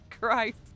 Christ